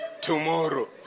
tomorrow